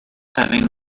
having